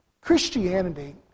Christianity